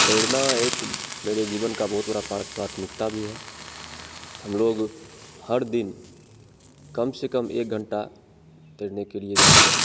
तैरना एक मेरे जीवन का बहुत बड़ा प्राथमिकता भी है हम लोग हर दिन कम से कम एक घंटा तैरने के लिए जाते हैं